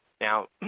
Now